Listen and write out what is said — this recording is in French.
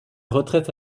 retraite